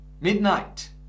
midnight